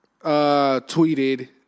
tweeted